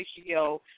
ratio